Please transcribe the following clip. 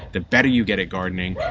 the better you get at gardening,